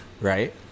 Right